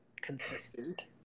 consistent